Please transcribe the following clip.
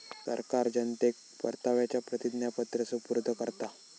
सरकार जनतेक परताव्याचा प्रतिज्ञापत्र सुपूर्द करता